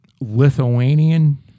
Lithuanian